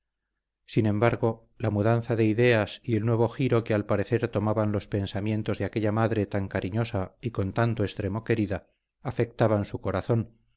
sin embargo la mudanza de ideas y el nuevo giro que al parecer tomaban los pensamientos de aquella madre tan cariñosa y con tanto extremo querida afectaban su corazón